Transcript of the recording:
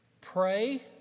pray